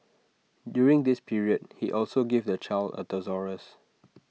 during this period he also gave the child A thesaurus